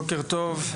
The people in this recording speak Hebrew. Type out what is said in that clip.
בוקר טוב.